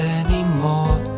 anymore